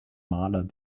maler